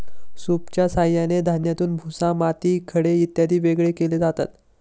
सूपच्या साहाय्याने धान्यातून भुसा, माती, खडे इत्यादी वेगळे केले जातात